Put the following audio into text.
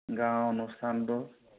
গাঁৱৰ অনুষ্ঠানটো